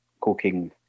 cooking